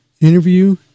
interview